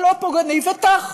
הלא-פוגעני" וטאח,